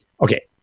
okay